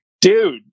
dude